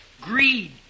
greed